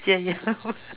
yeah yeah